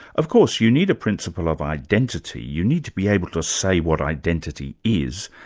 of course you need a principle of identity, you need to be able to say what identity is,